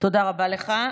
תודה רבה לך.